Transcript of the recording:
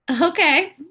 Okay